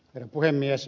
herra puhemies